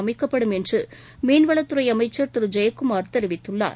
அமைக்கப்படும் என்று மீன்வளத்துறை அமைச்சர் திரு ஜெயக்குமார் தெரிவித்துள்ளார்